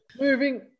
Moving